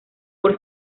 por